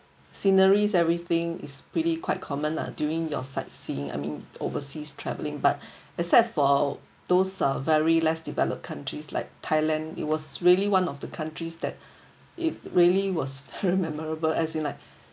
sceneries everything is pretty quite common lah during your sight seeing I mean overseas travelling but except for those uh very less developed countries like thailand it was really one of the countries that it really was her memorable as in like